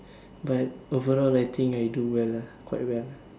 but overall I think I do well lah quite well